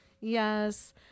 yes